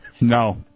No